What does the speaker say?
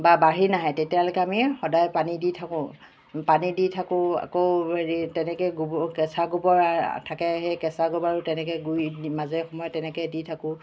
বা বাঢ়ি নাহে তেতিয়ালৈকে আমি সদায় পানী দি থাকোঁ পানী দি থাকোঁ আকৌ হেৰি তেনেকৈ গোব কেঁচা গোবৰ থাকে সেই কেঁচা গোবৰ তেনেকৈ গুড়িত মাজে সময়ে তেনেকৈ দি থাকোঁ